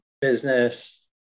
business